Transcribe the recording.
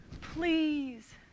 please